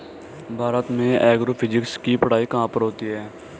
भारत में एग्रोफिजिक्स की पढ़ाई कहाँ पर होती है?